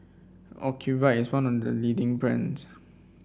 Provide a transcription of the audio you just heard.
Ocuvite is one the the leading brands